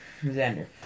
Xander